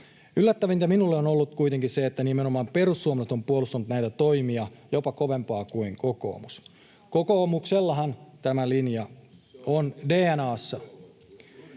Yllättävintä minulle on ollut kuitenkin se, että nimenomaan perussuomalaiset ovat puolustaneet näitä toimia jopa kovempaa kuin kokoomus. Kokoomuksellahan tämä linja on DNA:ssa.